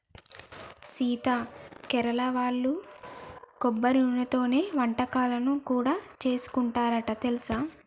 సీత కేరళ వాళ్ళు కొబ్బరి నూనెతోనే వంటకాలను కూడా సేసుకుంటారంట తెలుసా